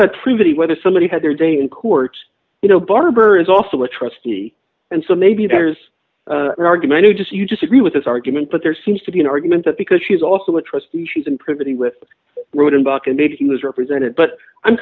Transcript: proving whether somebody had their day in court you know barber is also a trustee and so maybe there's an argument to just you disagree with this argument but there seems to be an argument that because she's also a trustee she's been pretty with rudin buck and maybe he was represented but i'm